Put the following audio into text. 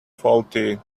faulty